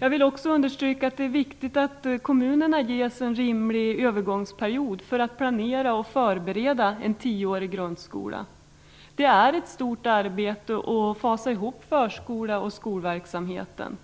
Jag vill också understryka att det är viktigt att kommunerna ges en rimlig övergångsperiod för att planera och förbereda en tioårig grundskola. Det är ett stort arbete att fasa ihop förskolan med skolverksamheten.